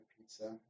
pizza